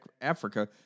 Africa